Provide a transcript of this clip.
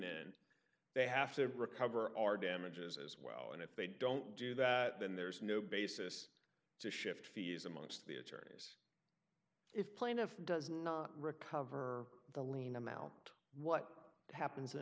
and they have to recover our damages as well and if they don't do that then there's no basis to shift fees amongst the attorneys if plaintiff does not recover the lien amount what happens in